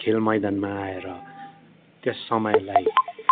खेल मैदानमा आएर त्यस समयलाई